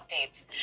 updates